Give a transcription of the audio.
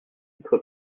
titre